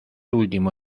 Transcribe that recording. último